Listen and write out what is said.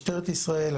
משטרת ישראל,